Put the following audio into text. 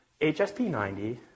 HSP90